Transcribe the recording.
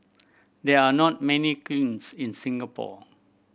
there are not many kilns in Singapore